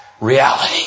reality